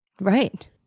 Right